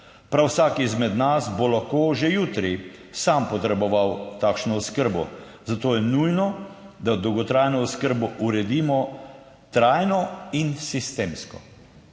prav vsak izmed nas bo lahko že jutri sam potreboval takšno oskrbo, zato je nujno, da dolgotrajno oskrbo uredimo trajno in sistemsko.